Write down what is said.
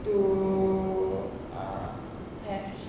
to uh have